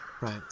Right